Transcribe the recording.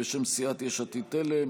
בשם סיעת יש עתיד-תל"ם,